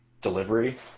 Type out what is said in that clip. delivery